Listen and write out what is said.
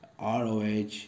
roh